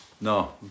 No